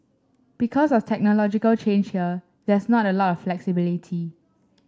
because of technological change here there's not a lot of flexibility